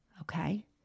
Okay